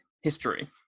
history